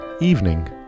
evening